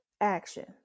action